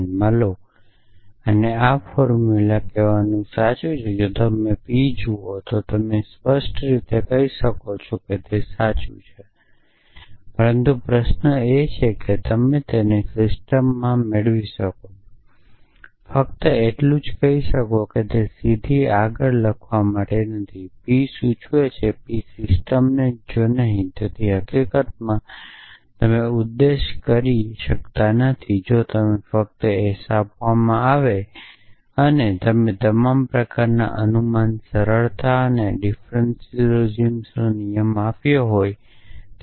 P એ સિસ્ટમમાં મેળવવું સરળ નથી કેમ કે હકીકતમાં તમને ફક્ત S આપવામાં આવ્યો છે અને તમે તમામ પ્રકારના અનુમાન સરળતા અને ડિફરન્સલ સિલોજીઝમના નિયમો વાપરી શકો છો